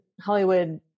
Hollywood